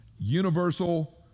universal